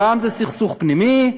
פעם זה סכסוך פנימי,